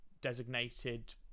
designated